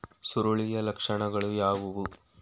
ಸುರುಳಿಯ ಲಕ್ಷಣಗಳು ಯಾವುವು?